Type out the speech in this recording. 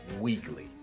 weekly